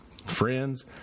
Friends